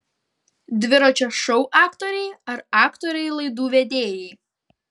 dviračio šou aktoriai ar aktoriai laidų vedėjai